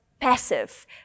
passive